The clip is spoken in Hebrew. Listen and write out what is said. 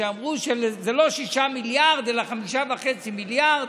שאמרו שזה לא 6 מיליארד אלא 5.5 מיליארד,